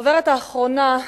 החוברת האחרונה,